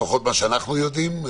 לפחות ממה שאנחנו יודעים,